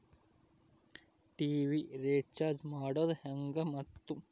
TV recharge ಮಾಡೋದು ಹೆಂಗ ಮತ್ತು?